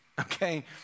Okay